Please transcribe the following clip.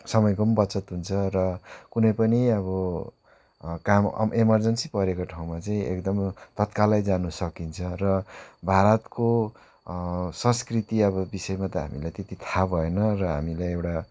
समयको बचत हुन्छ र कुनै पनि अब काम एमर्जेन्सी परेको ठाउँमा चाहिँ एकदम तत्कालै जानु सकिन्छ र भारतको संस्कृति अब विषयमा त हामीलाई त्यति थाहा भएन र हामीलाई एउटा